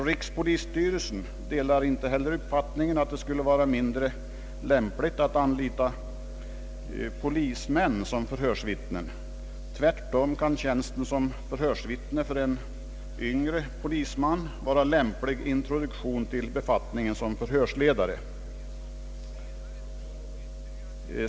Rikspolisstyrelsen delar inte heller uppfattningen att det skulle vara mindre lämpligt att anlita polismän som förbörsvittnen. Tvärtom kan tjänsten som förhörsvittne för en yngre polisman vara en lämplig introduktion till befattningen som förhörsledare.